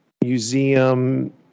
museum